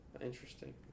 Interesting